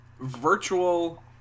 virtual